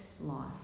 life